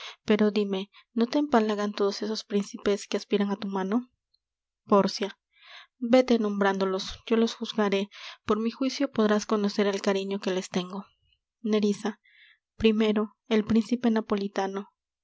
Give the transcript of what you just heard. pero dime no te empalagan todos esos príncipes que aspiran á tu mano pórcia véte nombrándolos yo los juzgaré por mi juicio podrás conocer el cariño que les tengo nerissa primero el príncipe napolitano